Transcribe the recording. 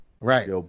Right